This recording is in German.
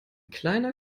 kleiner